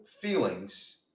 feelings